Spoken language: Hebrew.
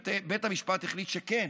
בית המשפט החליט שכן.